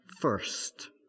First